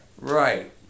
Right